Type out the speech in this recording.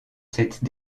cette